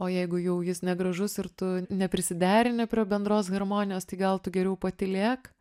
o jeigu jau jis negražus ir tu neprisiderini prie bendros harmonijos tai gal tu geriau patylėk